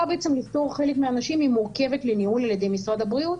לפטור חלק מהאנשים היא מורכבת לניהול על ידי משרד הבריאות,